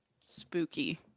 spooky